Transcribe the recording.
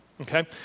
okay